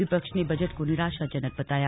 विपक्ष ने बजट को निराशाजनक बताया